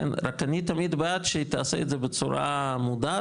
אבל רצוי שהיא תעשה את זה בצורה מודעת